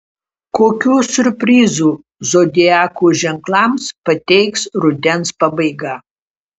kokių siurprizų zodiako ženklams pateiks rudens pabaiga